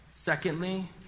Secondly